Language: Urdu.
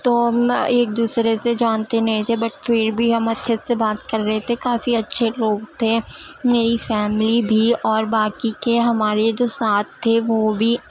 تو ہم نا ایک دوسرے سے جانتے نہیں تھے بٹ پھر بھی ہم اچھے سے بات کر رہے تھے کافی اچھے لوگ تھے میری فیملی بھی اور باقی کے ہمارے جو ساتھ تھے وہ بھی